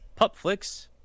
pupflix